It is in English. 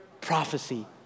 prophecy